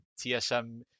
TSM